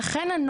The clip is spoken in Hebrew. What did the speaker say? לכן,